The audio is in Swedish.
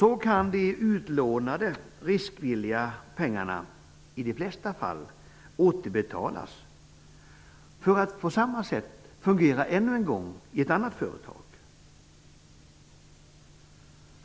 Så kan de utlånade pengarna -- riskvilligt kapital -- i de flesta fall återbetalas för att på samma sätt som tidigare än en gång fungera i ett annat företag.